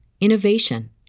innovation